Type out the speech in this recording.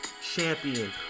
champion